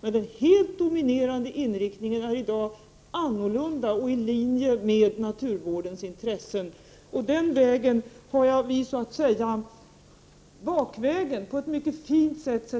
Men den helt dominerande inriktningen är i dag annorlunda och i linje med naturvårdens intressen. På detta sätt har vi så att säga bakvägen på ett mycket fint sätt